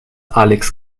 alex